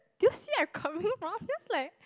do you see I'm coming from just like